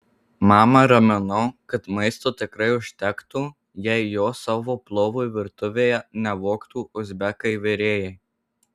mamą raminau kad maisto tikrai užtektų jei jo savo plovui virtuvėje nevogtų uzbekai virėjai